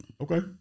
Okay